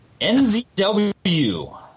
NZW